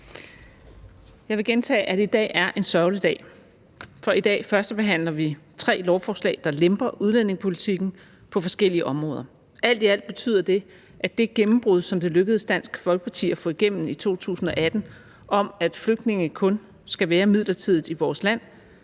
Jeg vil gentage, at i dag er en sørgelig dag, for i dag førstebehandler vi tre lovforslag, der lemper udlændingepolitikken på forskellige områder. Alt i alt betyder det, at det gennembrud, som det lykkedes Dansk Folkeparti at få igennem i 2018, om, at flygtninge kun skal være midlertidigt i vores land,